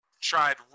tried